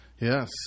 Yes